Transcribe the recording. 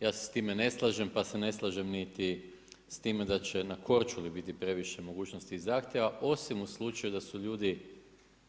Ja se s time ne slažem, pa sam ne slažem niti s time da će na Korčuli biti previše mogućnosti i zahtjeva osim u slučaju da su ljudi